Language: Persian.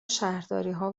شهرداریها